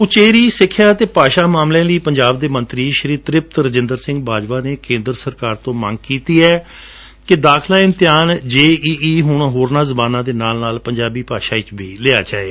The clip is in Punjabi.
ਉਚੇਰੀ ਸਿੱਖਿਆ ਅਤੇ ਭਾਸ਼ਾ ਮਾਮਲਿਆਂ ਲਈ ਪੰਜਾਬ ਦੇ ਮੰਤਰੀ ਸ਼੍ਰੀ ਤ੍ਰਿਪਤ ਰਾਜਿੰਦਰ ਸਿੰਘ ਬਾਜਵਾ ਨੇ ਕੇਂਦਰ ਸਰਕਾਰ ਤੋਂ ਮੰਗ ਕੀਤੀ ਹੈ ਕਿ ਦਾਖਲਾ ਇਮਤਿਹਾਨ ਜੇਈਈ ਹੁਣ ਹੋਰਨਾਂ ਜਬਾਨਾ ਦੇ ਨਾਲ ਨਾਲ ਪੰਜਾਬੀ ਭਾਸ਼ਾ ਵਿੱਚ ਵੀ ਲਿਆ ਜਾਵੇ